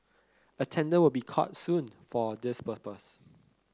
a tender will be called soon for this purpose